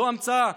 זו המצאה,